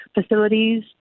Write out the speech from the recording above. facilities